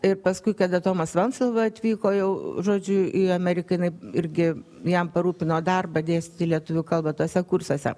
ir paskui kada tomas venclova atvyko jau žodžiu į ameriką jinai irgi jam parūpino darbą dėstyti lietuvių kalbą tuose kursuose